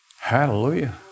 Hallelujah